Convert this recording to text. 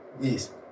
Yes